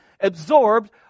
absorbed